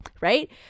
right